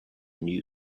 new